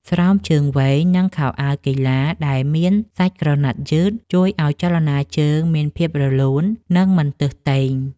ស្រោមជើងវែង និងខោអាវកីឡាដែលមានសាច់ក្រណាត់យឺត ជួយឱ្យចលនាជើងមានភាពរលូន និងមិនទើសទែង។